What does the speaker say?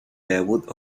debut